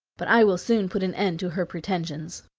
but i will soon put an end to her pretensions!